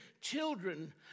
children